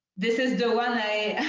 this is the one